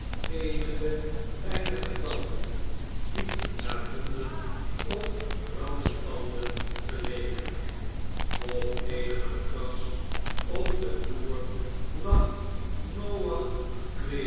eenige weinige tanden die naar honden of rattentanden geleken op eene matras op den vloer lag noach